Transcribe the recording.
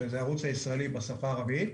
שזה הערוץ הישראלי בשפה הערבית,